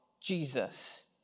Jesus